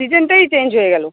সিজেনটাই change হয়ে গেলো